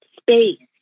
space